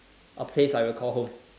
a place I call home